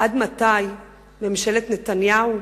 עד מתי, ממשלת נתניהו?